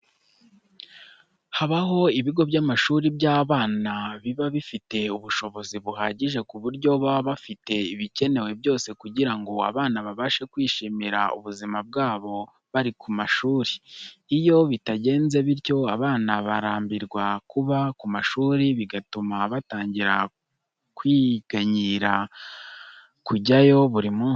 Habaho ibigo by'amashuri by'abana biba bifite ubushobozi buhagije ku buryo baba bafite ibikenewe byose kugira ngo abana babashe kwishimira ubuzima bwabo bari ku mashuri. Iyo bitagenze bityo abana barambirwa kuba ku mashuri bigatuma batangira kwiganyira kujyayo buri munsi.